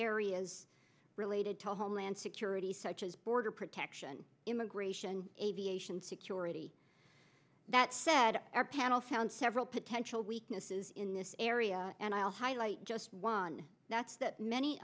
areas related to homeland security such as border protection immigration aviation security that said our panel found several potential weaknesses in this area and i'll highlight just one that's that many